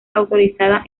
autorizada